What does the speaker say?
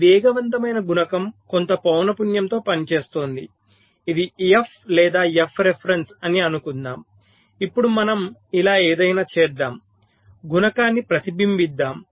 ఈ వేగవంతమైన గుణకం కొంత పౌన పున్యంతో పనిచేస్తోంది ఇది f లేదా f రిఫరెన్స్ అని అనుకుందాం ఇప్పుడు మనం ఇలా ఏదైనా చేద్దాం గుణకాన్ని ప్రతిబింబిద్దాం